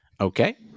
Okay